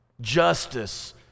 Justice